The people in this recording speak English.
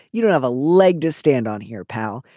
you don't have a leg to stand on here pal.